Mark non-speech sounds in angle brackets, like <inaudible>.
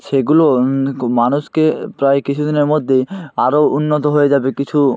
সেগুলো <unintelligible> মানুষকে প্রায় কিছু দিনের মধ্যেই আরো উন্নত হয়ে যাবে কিছু